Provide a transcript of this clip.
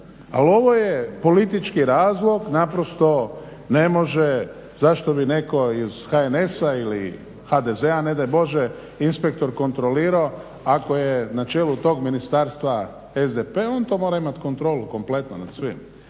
Ali ovo je politički razlog naprosto ne može zašto bi netko iz HNS-a ili HDZ-a ne daj Bože inspektor kontrolirao ako je na čelu tog ministarstva SDP on to mora imati kontrolu kompletno nad svim.